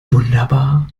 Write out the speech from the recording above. wunderbar